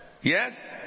Yes